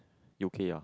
u_k ah